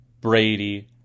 Brady